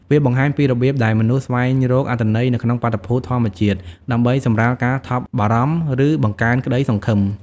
វាបង្ហាញពីរបៀបដែលមនុស្សស្វែងរកអត្ថន័យនៅក្នុងបាតុភូតធម្មជាតិ ដើម្បីសម្រាលការថប់បារម្ភ ឬបង្កើនក្តីសង្ឃឹម។